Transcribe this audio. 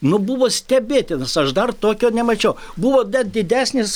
nu buvo stebėtinas aš dar tokio nemačiau buvo net didesnis